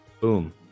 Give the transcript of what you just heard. Boom